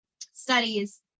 studies